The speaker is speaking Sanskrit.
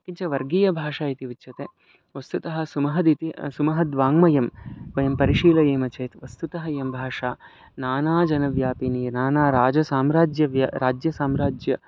किञ्च वर्गीयभाषा इति उच्यते वस्तुतः सुमहदिति सुमहद् वाङ्मयं वयं परिशीलयेम चेत् वस्तुतः इयं भाषा नानाजनव्यापिनी नानाराजसाम्राज्यव्य राज्यसाम्राज्य